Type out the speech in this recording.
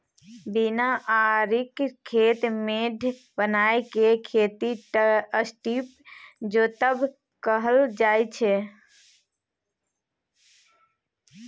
बिना आरिक खेत मेढ़ बनाए केँ खेती स्ट्रीप जोतब कहल जाइ छै